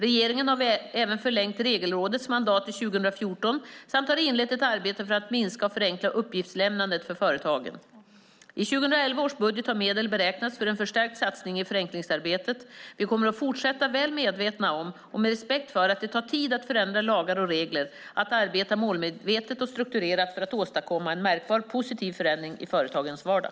Regeringen har även förlängt Regelrådets mandat till 2014 samt har inlett ett arbete för att minska och förenkla uppgiftslämnandet för företagen. I 2011 års budget har medel beräknats för en förstärkt satsning i förenklingsarbetet. Vi kommer att fortsätta, väl medvetna om och med respekt för att det tar tid att förändra lagar och regler, att arbeta målmedvetet och strukturerat för att åstadkomma en märkbar positiv förändring i företagens vardag.